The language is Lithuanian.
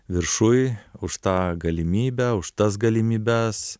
viršuj už tą galimybę už tas galimybes